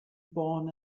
born